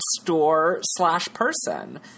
store-slash-person